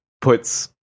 puts